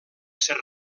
ser